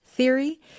Theory